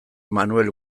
manel